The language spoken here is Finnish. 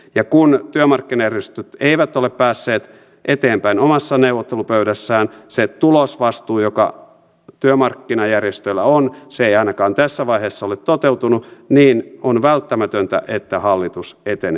ja kun työmarkkinajärjestöt eivät ole päässeet eteenpäin omassa neuvottelupöydässään se tulosvastuu joka työmarkkinajärjestöillä on ei ainakaan tässä vaiheessa ole toteutunut niin on välttämätöntä että hallitus etenee